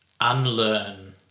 unlearn